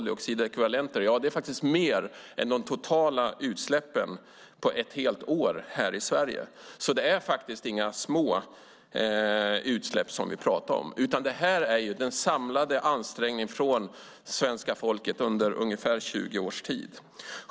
Det är mer än de totala utsläppen under ett helt år här i Sverige. Det är inga små utsläpp vi pratar om, utan det här är den samlade ansträngningen från svenska folket under ungefär 20 års tid.